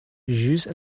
ĵus